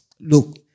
Look